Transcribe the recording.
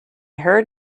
heard